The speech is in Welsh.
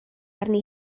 arni